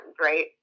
right